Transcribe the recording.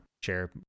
share